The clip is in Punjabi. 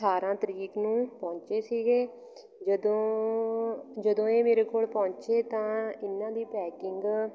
ਅਠਾਰ੍ਹਾਂ ਤਰੀਕ ਨੂੰ ਪਹੁੰਚੇ ਸੀਗੇ ਜਦੋਂ ਜਦੋਂ ਇਹ ਮੇਰੇ ਕੋਲ ਪਹੁੰਚੇ ਤਾਂ ਇਹਨਾਂ ਦੀ ਪੈਕਿੰਗ